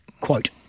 Quote